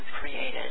created